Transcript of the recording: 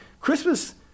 Christmas